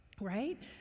right